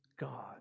God